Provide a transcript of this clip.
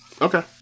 Okay